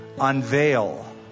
unveil